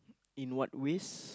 in what ways